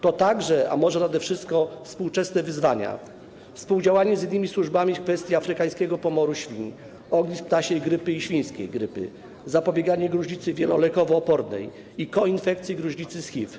To także, a może nade wszystko, współczesne wyzwania: współdziałanie z innymi służbami w kwestii afrykańskiego pomoru świń, ognisk ptasiej grypy i świńskiej grypy, zapobieganie gruźlicy wielolekoopornej i koinfekcji gruźlicy i HIV.